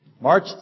March